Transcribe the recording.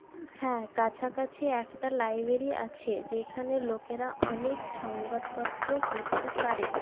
হ্যাঁ কাছাকাছি একটা লাইব্রেরি আছে যেখানে লোকেরা অনেক সংবাদপত্র পড়তে পারে